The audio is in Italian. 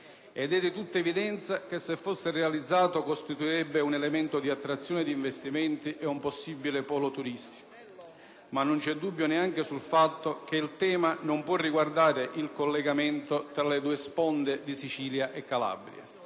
ed è di tutta evidenza che se fosse realizzato costituirebbe un elemento di attrazione di investimenti ed un possibile polo turistico. Ma non c'è dubbio neanche sul fatto che il tema non può riguardare il collegamento tra le due sponde di Sicilia e Calabria.